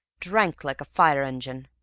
drank like a fire-engine,